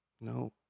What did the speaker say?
No